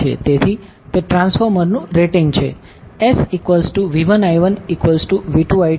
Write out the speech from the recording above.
તેથી તે ટ્રાન્સફોર્મર નું રેટિંગ છે SV1I1V2I29